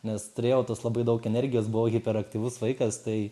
nes turėjau tos labai daug energijos buvau hiperaktyvus vaikas tai